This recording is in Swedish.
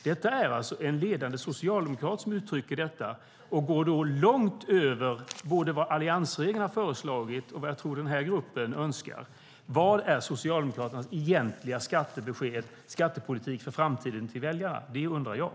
Det är alltså en ledande socialdemokrat som uttrycker detta. Han går mycket längre än vad alliansregeringen har föreslagit och vad jag tror att den här gruppen önskar. Vad är Socialdemokraternas egentliga besked till väljarna om skattepolitiken i framtiden?